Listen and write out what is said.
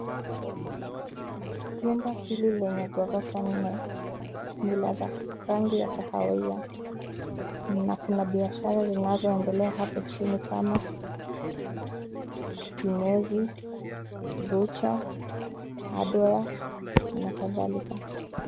Jumba hili lenye ghorofa nne ni la rangi ya kahawia na kuna biashara zinazoendelea hapo chini kama: kinyozi, butcher, hardware na kadhalika.